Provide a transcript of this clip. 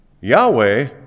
Yahweh